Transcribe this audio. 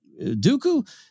Dooku